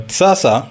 sasa